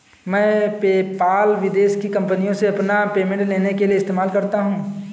मैं पेपाल विदेश की कंपनीयों से अपना पेमेंट लेने के लिए इस्तेमाल करता हूँ